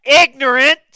ignorant